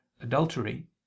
adultery